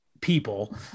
people